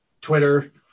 Twitter